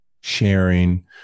sharing